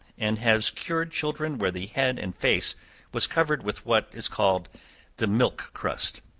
and has cured children where the head and face was covered with what is called the milk crust.